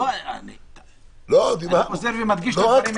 אני חוזר ומדגיש את הדברים האלה.